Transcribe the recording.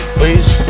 Please